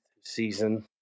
season